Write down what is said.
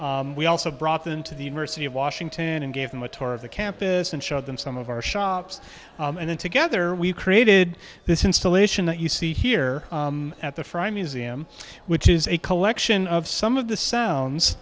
computers we also brought them to the university of washington and gave them a tour of the campus and showed them some of our shops and together we created this installation that you see here at the fry museum which is a collection of some of the sounds